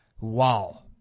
Wow